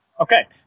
Okay